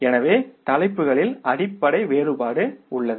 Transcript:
எனவே தலைப்புகளில் அடிப்படை வேறுபாடு உள்ளது